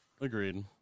Agreed